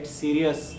serious